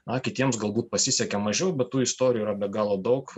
na kitiems galbūt pasisekė mažiau bet tų istorijų yra be galo daug